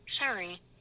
Sorry